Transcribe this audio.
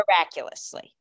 miraculously